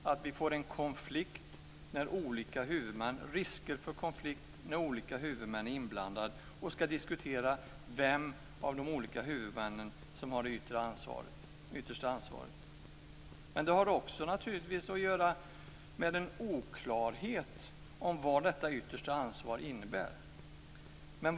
Man får risk för konflikter när olika huvudmän är inblandade och ska diskutera vem av de olika huvudmännen som har det yttersta ansvar. Det har också att göra med den oklarhet om vad detta yttersta ansvar innebär. Fru talman!